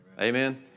Amen